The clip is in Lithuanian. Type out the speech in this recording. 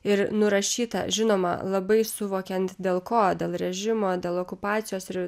ir nurašyta žinoma labai suvokiant dėl ko dėl režimo dėl okupacijos ir